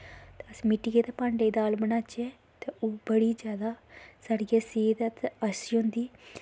ते अस मिट्टियै दे भांडे च दाल बनाचै ते ओह् बड़ी जादा साढ़ियै सेह्त आस्तै अच्छी होंदी